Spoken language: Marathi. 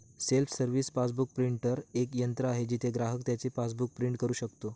सेल्फ सर्व्हिस पासबुक प्रिंटर एक यंत्र आहे जिथे ग्राहक त्याचे पासबुक प्रिंट करू शकतो